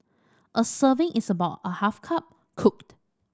a serving is about a half cup cooked